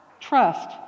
trust